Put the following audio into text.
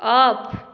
off